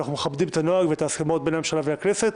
ואנחנו מכבדים את הנוהג ואת ההסכמות בין הממשלה והכנסת.